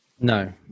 No